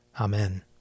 Amen